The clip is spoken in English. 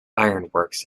ironworks